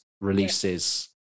releases